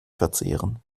verzehren